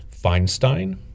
Feinstein